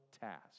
task